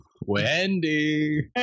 Wendy